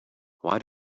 why